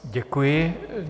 Děkuji.